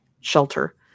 shelter